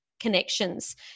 connections